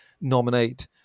nominate